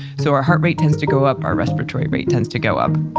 so our heart rate tends to go up, our respiratory rate tends to go up